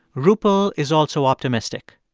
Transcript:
rupal is also optimistic.